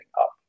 up